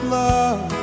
love